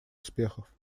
успехов